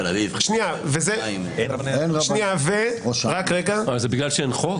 תל אביב, חיפה, ירושלים --- זה בגלל שאין חוק?